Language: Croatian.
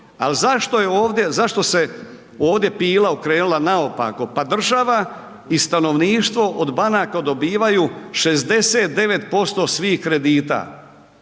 zašto se ovdje pila okrenula naopako? Pa država i stanovništvo od banaka dobivaju 69% svih kredita,